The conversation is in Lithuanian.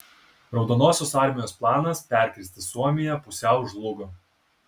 raudonosios armijos planas perkirsti suomiją pusiau žlugo